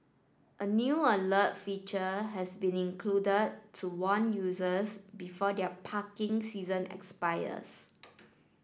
a new alert feature has been included to warn users before their parking season expires